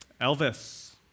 Elvis